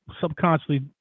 subconsciously